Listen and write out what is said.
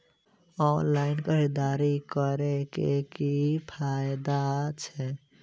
Online खरीददारी करै केँ की फायदा छै?